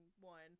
one